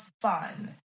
fun